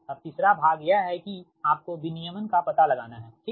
अब तीसरा भाग यह है कि आपको विनियमन का पता लगाना है ठीक